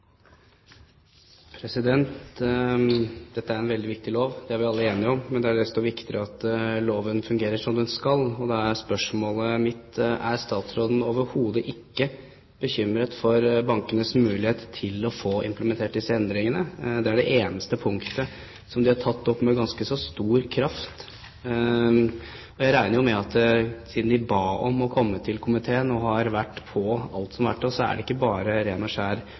det at loven fungerer som den skal. Og da er spørsmålet mitt: Er statsråden overhodet ikke bekymret for bankenes mulighet til å få implementert disse endringene? Dette er det eneste punktet de har tatt opp med ganske stor kraft. Og jeg regner jo med at siden de ba om få å komme til komiteen, og har vært på alt som har vært, er det ikke bare ren og skjær